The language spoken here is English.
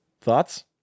Thoughts